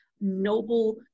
noble